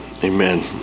Amen